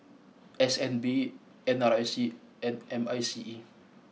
S N B N R I C and M I C E